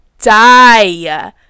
die